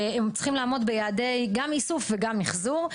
והם צריכים לעמוד ביעדי גם איסוף וגם מיחזור,